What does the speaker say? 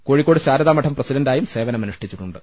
കോഴിക്കോട് ശാരദാമഠം പ്രസിഡന്റായും സേവ നമനുഷ്ഠിച്ചിട്ടുണ്ട്